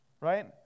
right